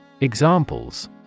Examples